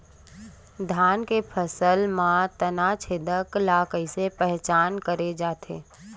धान के फसल म तना छेदक ल कइसे पहचान करे जाथे?